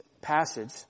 passage